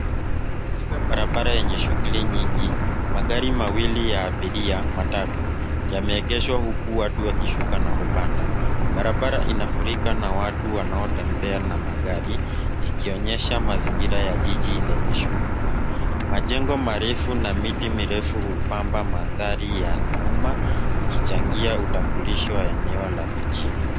Katika barabara yenye shughuli nyingi, magari mawili ya abiria, matatu, yameegeshwa huku watu wakishuka na kupanda. Barabara inafurika na watu wanaotembea na magari ikionyesha mazingira ya jiji lenye shughuli. Majengo marefu na miti mirefu kupamba mandhari ya nyuma ikichangia utambulisho wa eneo la mijini.